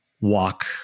walk